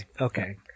Okay